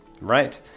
Right